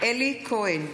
אלי כהן,